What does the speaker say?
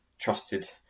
trusted